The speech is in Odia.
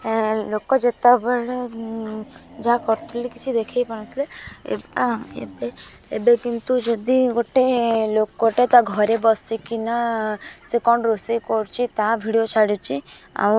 ଲୋକ ଯେତେବେଳେ ଯାହା କରୁଥିଲେ କିଛି ଦେଖାଇପାରୁନଥିଲେ ଏବେ ଏବେ କିନ୍ତୁ ଯଦି ଗୋଟେ ଲୋକଟେ ତା ଘରେ ବସିକିନା ସେ କ'ଣ ରୋଷେଇ କରୁଛି ତା ଭିଡ଼ିଓ ଛାଡ଼ୁଛି ଆଉ